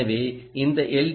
எனவேஇந்த எல்